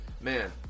man